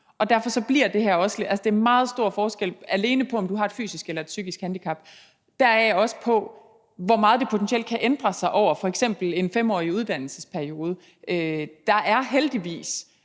Altså, der er meget stor forskel alene på, om du har et fysisk eller et psykisk handicap – og deraf også på, hvor meget det potentielt kan ændre sig over f.eks. en 5-årig uddannelsesperiode. Der er heldigvis